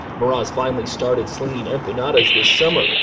meraz finally started slinging empanadas this summer.